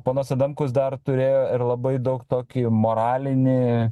ponas adamkus dar turėjo ir labai daug tokį moralinį